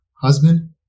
husband